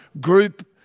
group